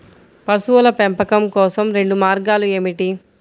పశువుల పెంపకం కోసం రెండు మార్గాలు ఏమిటీ?